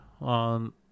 on